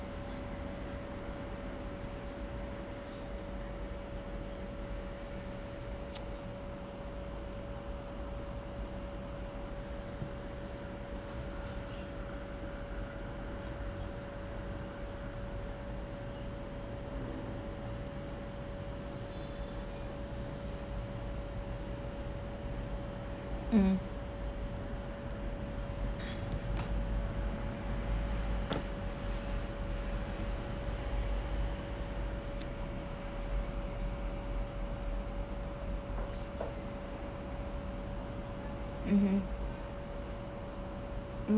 um um